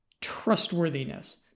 trustworthiness